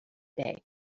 day